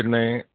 പിന്നെ